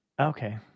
Okay